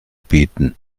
bieten